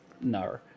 No